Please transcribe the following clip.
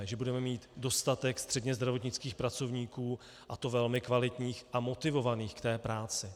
Že budeme mít dostatek střednězdravotnických pracovníků, a to velmi kvalitních a motivovaných k té práci.